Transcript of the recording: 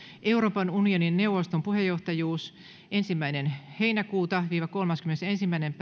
euroopan unionin neuvoston puheenjohtajuus ensimmäinen seitsemättä viiva kolmaskymmenesensimmäinen